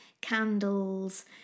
candles